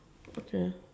okay